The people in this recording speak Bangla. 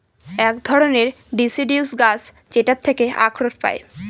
এক ধরনের ডিসিডিউস গাছ যেটার থেকে আখরোট পায়